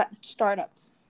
startups